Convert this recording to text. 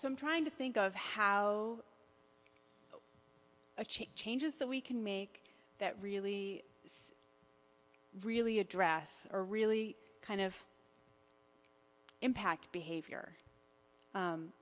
i'm trying to think of how a chain changes that we can make that really really address or really kind of impact behavior